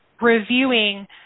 reviewing